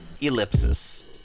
ellipsis